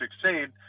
succeed